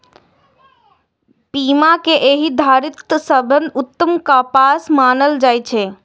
पीमा कें एहि धरतीक सबसं उत्तम कपास मानल जाइ छै